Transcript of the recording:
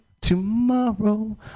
tomorrow